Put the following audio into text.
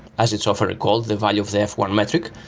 as its software recalled the value of the f one metric,